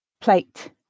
plate